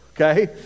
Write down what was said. Okay